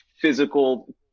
physical